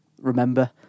remember